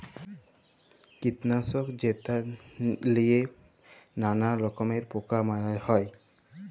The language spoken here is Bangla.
কীটলাসক যেট লিঁয়ে ম্যালা রকমের পকা মারা হ্যয়